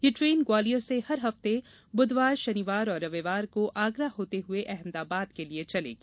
ये ट्रेन ग्वालियर से हर हफ्ते बुधवार शनिवार और रविवार को आगरा होते हुए अहमदाबाद के लिए चलेगी